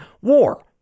war